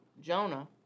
Jonah